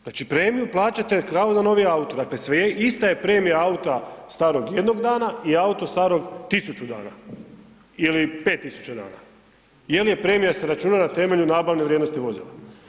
Znači premiju plaćate kao na novi auto, dakle ista je premija auta starog jednog dana i auta starog tisuću dana ili pet tisuća dana jel se premija računa na temelju nabavne vrijednosti vozila.